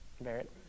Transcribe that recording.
Barrett